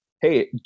hey